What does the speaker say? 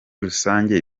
rusange